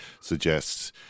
suggests